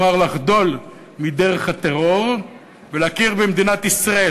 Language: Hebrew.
ונוסחת יריב שם-טוב אמרה לחדול מדרך הטרור ולהכיר במדינת ישראל.